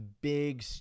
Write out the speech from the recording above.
big